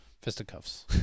Fisticuffs